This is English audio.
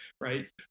Right